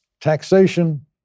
Taxation